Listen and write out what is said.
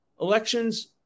Elections